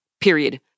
Period